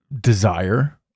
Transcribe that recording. desire